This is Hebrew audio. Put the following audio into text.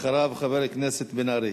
אחריו, חבר הכנסת בן-ארי.